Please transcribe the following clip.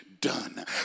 done